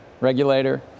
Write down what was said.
regulator